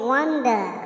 Wonder